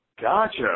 Gotcha